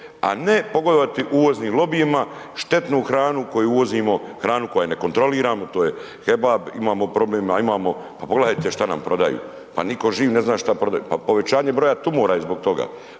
a ne pogodovati uvoznim lobijima, štetnu hranu koju uvozimo, hranu koju ne kontroliramo, to je kebab, imamo problema, pa pogledajte što nam prodaju. Pa nitko živ ne zna što prodaju. Pa povećanje broja tumora je zbog toga.